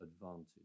advantage